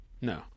No